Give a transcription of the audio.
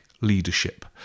leadership